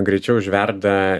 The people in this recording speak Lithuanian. greičiau užverda